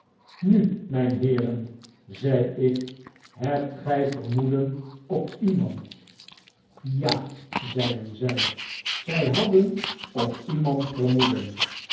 nu mynheeren zei ik hebt gy vermoeden op iemand ja zeiden zij zy hadden op iemand vermoeden